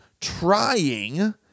trying